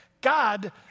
God